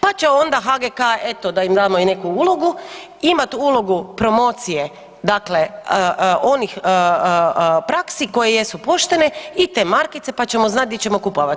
Pa će onda HGK, eto da im damo i neku ulogu imat ulogu promocije, dakle onih praksi koje jesu poštene i te markice, pa ćemo znat di ćemo kupovat.